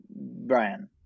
Brian